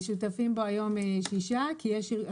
שותפים בו היום שישה ארגונים.